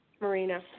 Marina